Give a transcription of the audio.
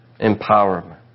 empowerment